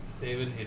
David